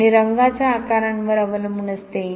आणि रंगाच्या आकारावर अवलंबून असते